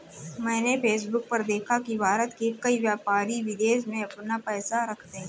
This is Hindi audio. मैंने फेसबुक पर देखा की भारत के कई व्यापारी विदेश में अपना पैसा रखते हैं